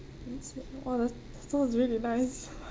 oh that's sounds really nice